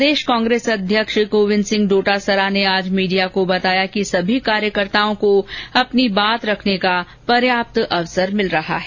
प्रदेश कांग्रेस अध्यक्ष गोविंद सिंह डोटासरा ने आज मीडिया को बताया कि सभी कार्यकर्ताओं को अपनी बात रखने का पर्याप्त अवसर मिल रहा है